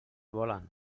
volen